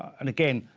and again,